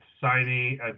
signing